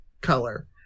color